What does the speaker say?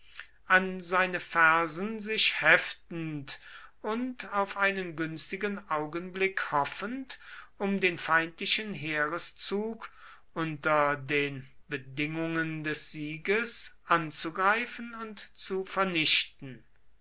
an seine fersen sich heftend und auf einen günstigen augenblick hoffend um den feindlichen heereszug unter den bedingungen des sieges anzugreifen und zu vernichten